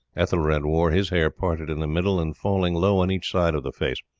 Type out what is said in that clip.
ethelred wore his hair parted in the middle, and falling low on each side of the face,